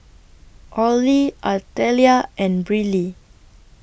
Orley Artelia and Briley